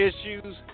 issues